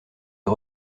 est